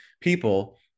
people